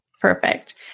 Perfect